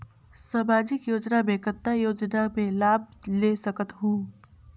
समाजिक योजना मे कतना योजना मे लाभ ले सकत हूं?